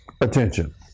attention